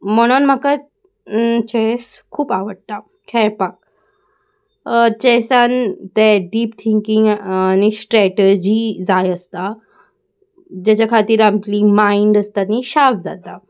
म्हणून म्हाका चॅस खूब आवडटा खेळपाक चॅसान ते डीप थिंकींग आनी स्ट्रेटजी जाय आसता जाच्या खातीर आपली मायंड आसता आनी शार्प जाता